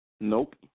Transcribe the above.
Nope